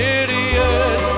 idiot